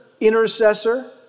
Intercessor